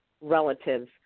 relatives